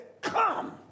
come